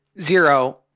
Zero